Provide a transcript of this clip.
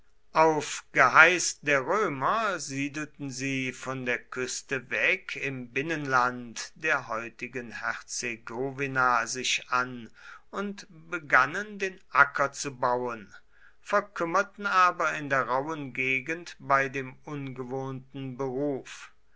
auf geheiß der römer siedelten sie von der küste weg im binnenland der heutigen herzegowina sich an und begannen den acker zu bauen verkümmerten aber in der rauben gegend bei dem ungewohnten beruf